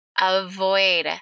avoid